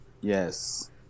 yes